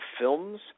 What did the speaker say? films